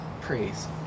praise